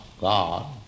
God